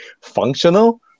functional